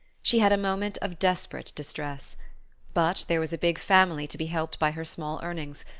she had a moment of desperate distress but there was a big family to be helped by her small earnings,